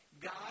God